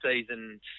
season